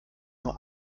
nur